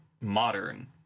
modern